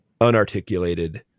unarticulated